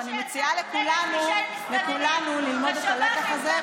ואני מציעה לכולנו ללמוד את הלקח הזה,